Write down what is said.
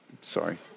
Sorry